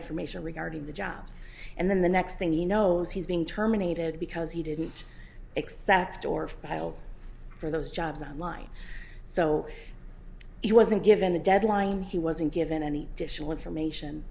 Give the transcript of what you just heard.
information regarding the job and then the next thing he knows he's being terminated because he didn't accept or filed for those jobs on line so he wasn't given a deadline he wasn't given any additional information